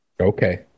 Okay